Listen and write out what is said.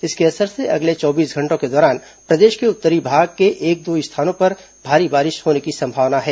इसके असर से अगले चौबीस घंटों के दौरान प्रदेश के उत्तरी भाग के एक दो स्थानों पर भारी बारिश होने की संभावना है